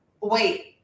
wait